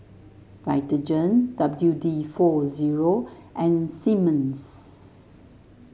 Vitagen W D four zero and Simmons